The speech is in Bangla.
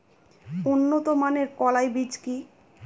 উন্নত মানের কলাই বীজ কি?